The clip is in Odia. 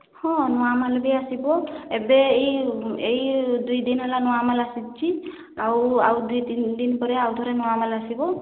ହଁ ନୂଆ ମାଲ ବି ଆସିବ ଏବେ ଏଇ ଏଇ ଦୁଇଦିନ ହେଲା ନୂଆ ମାଲ ଆସିଛି ଆଉ ଦୁଇ ତିନି ଦିନ ପରେ ଆଉ ଥରେ ନୂଆ ମାଲ୍ ଆସିବ